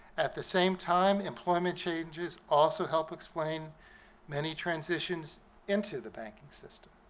at the same time employment changes also help explain many transitions into the banking system.